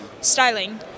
styling